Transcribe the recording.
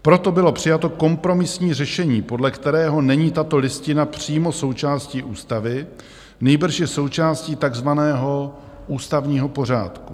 Proto bylo přijato kompromisní řešení, podle kterého není tato Listina přímo součástí ústavy, nýbrž je součástí takzvaného ústavního pořádku.